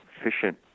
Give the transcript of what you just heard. efficient